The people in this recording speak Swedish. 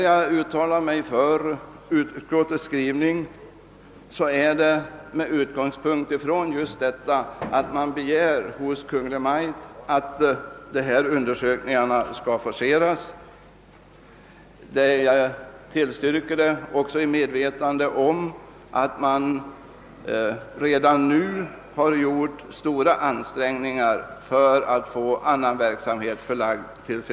Jag uttalar mig för utskottets skrivning just med utgångspunkt från dessa krav och på grund av att man begär att undersökningarna skall forceras. Jag gör detta även i medvetande om att redan nu stora ansträngningar har gjorts för att få annan verksamhet förlagd till CVV.